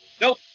Nope